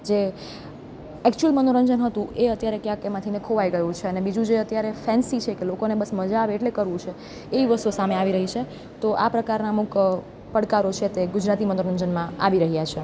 જે એક્ચુઅલ મનોરંજન હતું એ અત્યારે ક્યાંક એમાંથીને ખોવાઈ ગયું છે બીજું જે અત્યારે ફેન્સી છે લોકોને બસ મજા આવે એટલે કરવું છે એ વસ્તુ સામે આવી રહી છે તો આ પ્રકારના અમુક પડકારો છે તે ગુજરાતી મનોરંજનમાં આવી રહ્યા છે